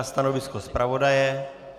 Stanovisko zpravodaje.